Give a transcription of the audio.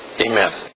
Amen